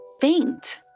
faint